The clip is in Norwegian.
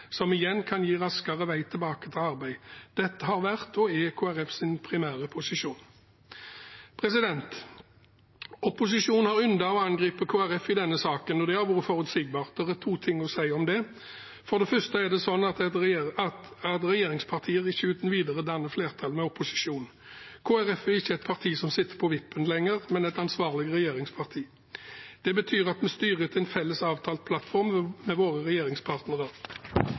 som igjen kan gi raskere vei tilbake til arbeid. Dette har vært og er Kristelig Folkepartis primære posisjon. Opposisjonen har yndet å angripe Kristelig Folkeparti i denne saken, og det har vært forutsigbart. Det er to ting å si om det. For det første er det sånn at regjeringspartier ikke uten videre danner flertall med opposisjonen. Kristelig Folkeparti er ikke et parti som sitter på vippen lenger, men et ansvarlig regjeringsparti. Det betyr at vi styrer etter en felles, avtalt plattform med våre regjeringspartnere.